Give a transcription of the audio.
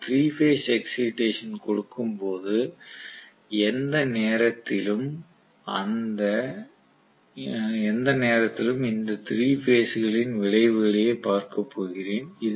நான் 3 phase excitation கொடுக்கும் போது எந்த நேரத்திலும் இந்த 3 பேஸ் களின் விளைவுகளையே பார்க்கப் போகிறேன்